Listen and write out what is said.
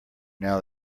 now